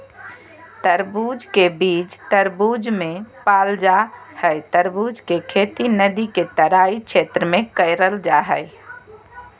तरबूज के बीज तरबूज मे पाल जा हई तरबूज के खेती नदी के तराई क्षेत्र में करल जा हई